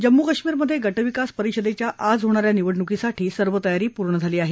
जम्मू कश्मीरमधे गटविकास परिषदेच्या आज होणा या निवडणुकीसाठी सर्व तयारी पूर्ण झाली आहे